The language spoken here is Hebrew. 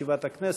חברי הכנסת,